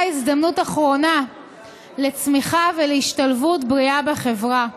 הזדמנות אחרונה לצמיחה ולהשתלבות בריאה בחברה.